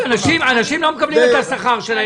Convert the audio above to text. אנשים לא מקבלים את השכר שלהם,